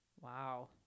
Wow